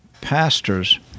pastors